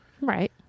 Right